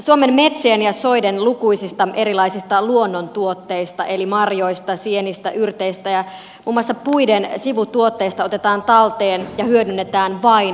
suomen metsien ja soiden lukuisista erilaisista luonnontuotteista eli marjoista sienistä yrteistä ja muun muassa puiden sivutuotteista otetaan talteen ja hyödynnetään vain murto osa